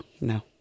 no